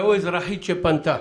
אזרחית שפנתה,